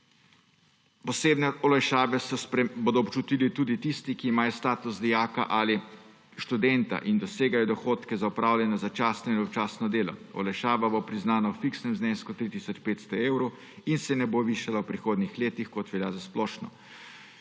Posebne olajšave bodo občutili tudi tisti, ki imajo status dijaka ali študenta in dosegajo dohodke za opravljanje za začasno in občasno delo, olajšava bo priznana v fiksnem znesku 3 tisoč 500 evrov in se ne bo višala v prihodnjih letih, kot velja za splošno.